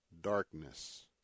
darkness